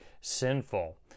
sinful